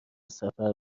سفر